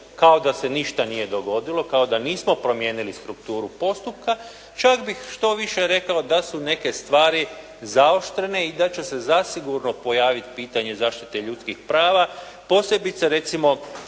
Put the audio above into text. kao da se ništa nije dogodilo, kao da nismo promijenili strukturu postupka. Čak bih štoviše rekao da su neke stvari zaoštrene i da će se zasigurno pojaviti pitanje zaštite ljudskih prava posebice recimo